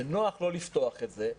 זה נוח לא לפתוח את זה.